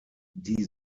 die